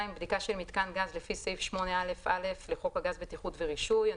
(2)בדיקה של מיתקן גז לפי סעיף 8א(א) לחוק הגז (בטיחות ורישוי),